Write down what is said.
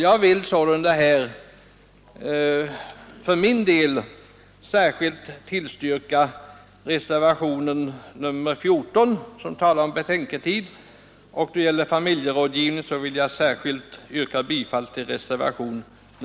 Jag vill för min del särskilt tillstyrka reservationen 14 beträffande betänketid och reservationen 10 beträffan